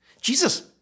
Jesus